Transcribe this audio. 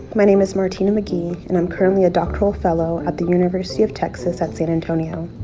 my name is martina mcghee. and i'm currently a doctoral fellow at the university of texas at san antonio.